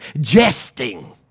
jesting